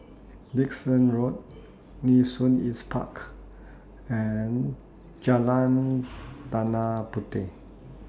Dickson Road Nee Soon East Park and Jalan Tanah Puteh